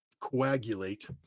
coagulate